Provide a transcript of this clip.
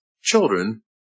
Children